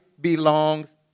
belongs